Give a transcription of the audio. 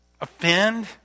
offend